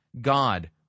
God